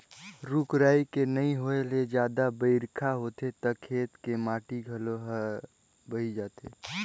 रूख राई के नइ होए ले जादा बइरखा होथे त खेत के माटी घलो हर बही जाथे